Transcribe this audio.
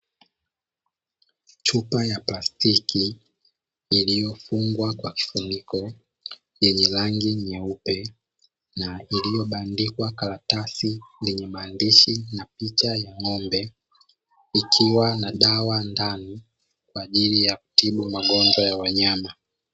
Chupa ya plastiki, iliyofungwa kwa kifuniko yenye rangi nyeupe, na iliyobandikwa karatasi lenye maandishi na picha ya ng'ombe, ikiwa na dawa ndani, kwa ajili ya kutibu magonjwa ya wanyama.